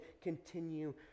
continue